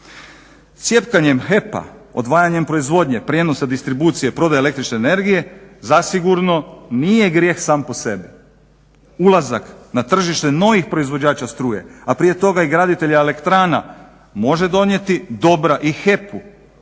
Cjepkanjem HEP-a, odvajanjem proizvodnje, prijenosa distribucije, prodaja električne energije zasigurno nije grijeh sam po sebi. Ulazak na tržište novih proizvođača struje a prije toga je graditelj elektrana može donijeti dobra i HEP-u